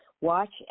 watch